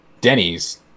Denny's